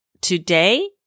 today